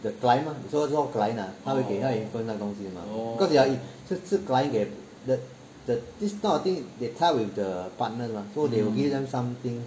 the client mah so called client 他会给分那个东西的吗 cause ya 是 client 给的 the the this kind of thing they tie with the partner mah so they will give them something